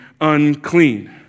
unclean